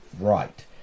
Right